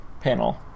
panel